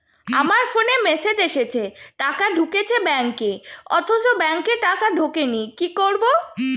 আমার ফোনে মেসেজ এসেছে টাকা ঢুকেছে ব্যাঙ্কে অথচ ব্যাংকে টাকা ঢোকেনি কি করবো?